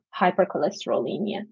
hypercholesterolemia